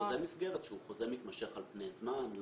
חוזה מסגרת שהוא חוזה מתמשך על פני זמן,